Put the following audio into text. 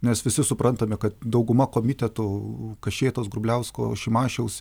nes visi suprantame kad dauguma komitetų kašėtos grubliausko šimašiaus